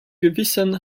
gewissen